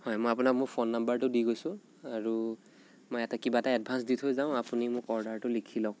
হয় মই আপোনাক মোৰ ফ'ন নাম্বাৰটো দি গৈছোঁ আৰু মই ইয়াতে কিবা এটা এডভান্স দি থৈ যাওঁ আপুনি মোৰ অৰ্ডাৰটো লিখি লওক